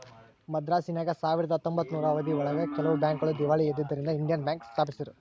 ಮದ್ರಾಸಿನಾಗ ಸಾವಿರದ ಹತ್ತೊಂಬತ್ತನೂರು ಅವಧಿ ಒಳಗ ಕೆಲವು ಬ್ಯಾಂಕ್ ಗಳು ದೀವಾಳಿ ಎದ್ದುದರಿಂದ ಇಂಡಿಯನ್ ಬ್ಯಾಂಕ್ ಸ್ಪಾಪಿಸಿದ್ರು